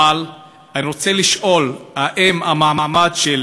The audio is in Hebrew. אבל אני רוצה לשאול, האם המעמד של